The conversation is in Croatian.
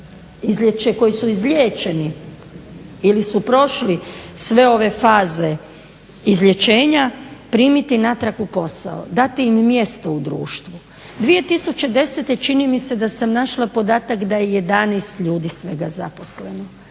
koji su izliječeni ili su prošli sve ove faze izlječenja primiti natrag na posao, dati im mjesto u društvu. 2010. čini mi se da sam našla podatak da je 11 ljudi svega zaposleno,